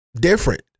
different